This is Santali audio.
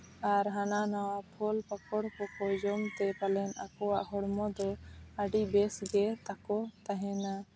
ᱟᱨ ᱦᱟᱱᱟ ᱱᱟᱣᱟ ᱯᱷᱚᱞ ᱯᱟᱠᱚᱲ ᱠᱚ ᱡᱚᱢᱛᱮ ᱯᱟᱞᱮᱱ ᱟᱠᱚᱣᱟᱜ ᱦᱚᱲᱢᱚ ᱫᱚ ᱟᱹᱰᱤ ᱵᱮᱥ ᱜᱮ ᱛᱟᱠᱚ ᱛᱟᱦᱮᱱᱟ